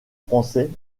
français